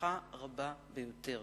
בהצלחה רבה ביותר.